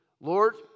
Lord